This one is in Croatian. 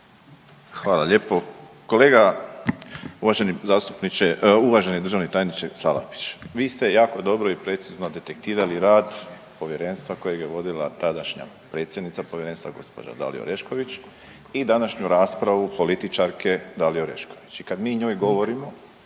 Hvala lijepo. Kolega uvaženi državni tajniče Salapiću, vi ste jako dobro i precizno detektirali rad Povjerenstva kojeg je vodila tadašnja predsjednica Povjerenstva gospođa Dalija Orešković i današnju raspravu političarke Dalije Orešković. I kada mi njoj govorimo